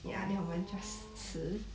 oh